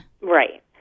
Right